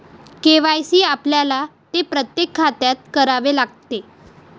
KYC आपल्याला ते प्रत्येक खात्यात करावे लागते